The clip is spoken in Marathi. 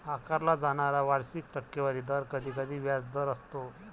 आकारला जाणारा वार्षिक टक्केवारी दर कधीकधी व्याजदर असतो